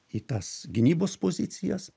į tas gynybos pozicijas